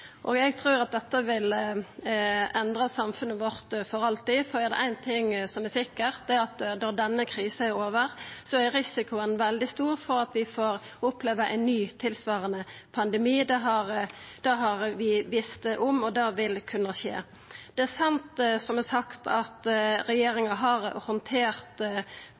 og eg trur at dette vil endra samfunnet vårt for alltid. For er det ein ting som er sikkert, er det at når denne krisa er over, er risikoen veldig stor for at vi får oppleva ein ny, tilsvarande pandemi. Det har vi visst om, og det vil kunna skje. Det er sant, som det er sagt, at regjeringa har handtert